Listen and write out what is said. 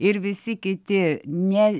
ir visi kiti ne